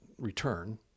return